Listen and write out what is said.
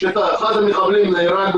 כאשר אחד המחבלים נהרג,